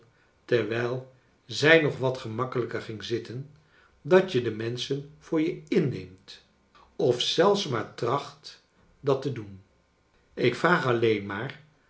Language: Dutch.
terwijl zij nog wat gemakkelijker ging zitten dat je de menschen voor je inneemt of zelfs maar tracht dat te doen ik vraag aileen maar